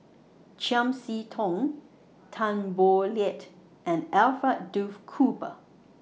Chiam See Tong Tan Boo Liat and Alfred Duff Cooper